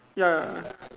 ya